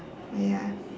ya